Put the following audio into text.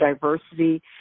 diversity